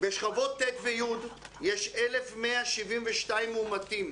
בשכבות ט' וי' יש 1,172 מאומתים.